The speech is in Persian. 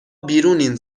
بیرونین